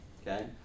Okay